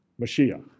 Mashiach